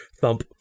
thump